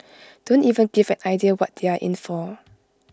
don't even give an idea what they are in for